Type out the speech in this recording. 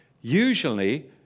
Usually